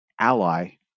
ally